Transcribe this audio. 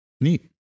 Neat